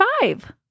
five